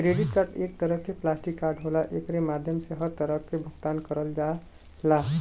credit card एक तरे क प्लास्टिक कार्ड होला एकरे माध्यम से हर तरह क भुगतान करल जाला